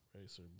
Racer